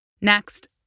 Next